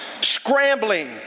scrambling